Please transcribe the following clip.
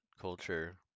culture